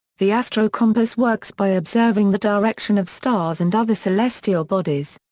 the astrocompass works by observing the direction of stars and other celestial bodies.